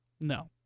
No